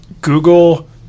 Google